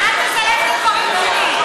אז אל תסלף את הדברים שלי.